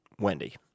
Wendy